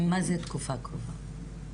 מה זה תקופה קרובה?